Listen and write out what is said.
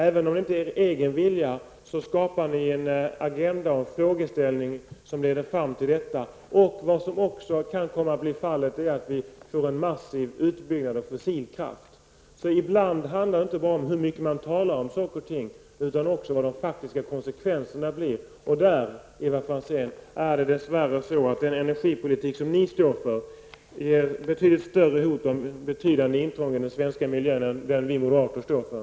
Även om det inte är er egen vilja så skapar ni en agenda och en frågeställning som leder till detta. Detta kan därmed leda till att vi får en massiv utbyggnad av fossil kraft. Det handlar ibland inte bara om hur mycket man talar om saker och ting, utan också vad de faktiska konsekvenserna blir, och där, Ivar Franzén, är det dess värre så att den energipolitik som ni står för är ett betydligt större hot om ett betydande intrång i den svenska miljön än vad moderaternas politik står för.